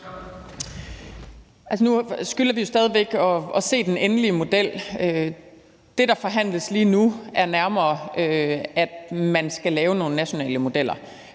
nu skylder vi jo stadig væk at se den endelige model. Det, der forhandles lige nu, er nærmere, at man skal lave nogle nationale modeller.